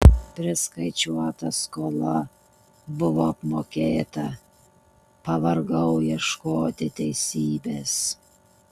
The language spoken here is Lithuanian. priskaičiuota skola buvo apmokėta pavargau ieškoti teisybės